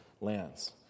lands